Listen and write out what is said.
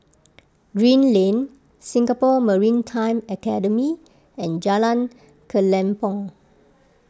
Green Lane Singapore Maritime Academy and Jalan Kelempong